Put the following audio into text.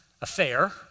affair